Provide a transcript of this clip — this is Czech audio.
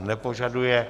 Nepožaduje.